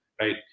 right